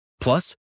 Plus